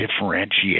differentiate